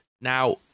Now